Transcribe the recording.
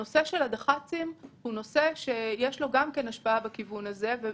הנושא של הדח"צים הוא נושא שיש לו השפעה בכיוון הזה.